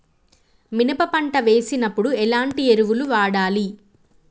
మినప పంట వేసినప్పుడు ఎలాంటి ఎరువులు వాడాలి?